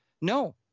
No